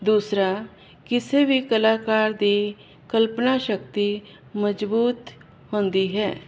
ਦੂਸਰਾ ਕਿਸੇ ਵੀ ਕਲਾਕਾਰ ਦੀ ਕਲਪਨਾ ਸ਼ਕਤੀ ਮਜਬੂਤ ਹੁੰਦੀ ਹੈ